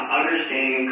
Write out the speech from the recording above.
understanding